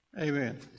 Amen